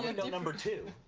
know number two.